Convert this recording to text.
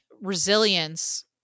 resilience